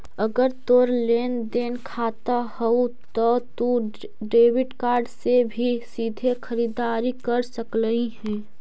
अगर तोर लेन देन खाता हउ त तू डेबिट कार्ड से भी सीधे खरीददारी कर सकलहिं हे